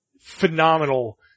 phenomenal